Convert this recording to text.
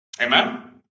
Amen